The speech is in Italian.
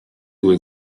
due